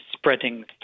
spreading